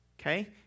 okay